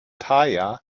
thaya